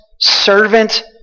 Servant